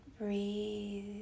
Breathe